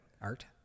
Art